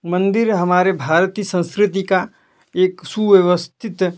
मंदिर हमारे भारत की संस्कृति का एक सुव्यवस्थित